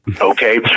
Okay